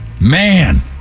man